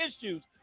issues